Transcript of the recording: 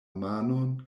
manon